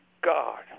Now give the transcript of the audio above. God